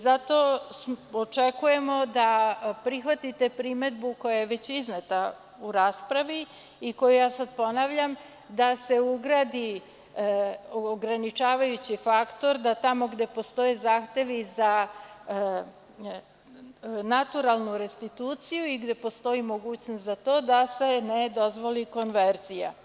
Zato očekujemo da prihvatite primedbu koja je već izneta u raspravi i koja, ponavljam, da se ugradi ograničavajući faktor, da tamo gde postoje zahtevi za naturalnu restituciju i gde postoji mogućnost za to da se ne dozvoli konverzija.